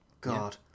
God